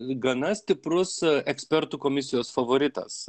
gana stiprus ekspertų komisijos favoritas